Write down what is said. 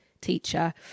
teacher